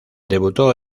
debutó